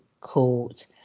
Court